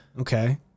Okay